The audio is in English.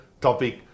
topic